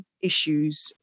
issues